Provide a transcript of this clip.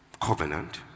covenant